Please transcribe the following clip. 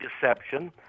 Deception